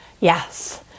Yes